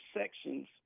sections